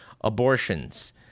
abortions